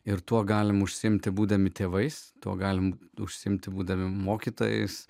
ir tuo galime užsiimti būdami tėvais tuo galime užsiimti būdami mokytojais